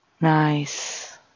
nice